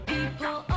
People